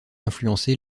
influencé